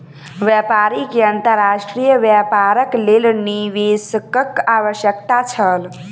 व्यापारी के अंतर्राष्ट्रीय व्यापारक लेल निवेशकक आवश्यकता छल